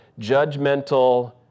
judgmental